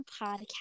podcast